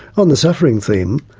on the suffering theme,